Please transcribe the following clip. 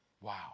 Wow